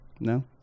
No